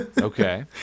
Okay